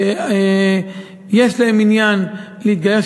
שיש להם עניין להתגייר,